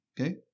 Okay